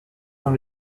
dans